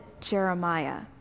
Jeremiah